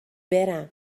برم